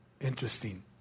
Interesting